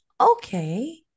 Okay